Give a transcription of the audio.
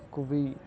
କୁବି